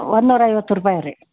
ಒಂದು ನೂರೈವತ್ತು ರೂಪಾಯಿ ರೀ